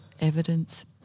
evidence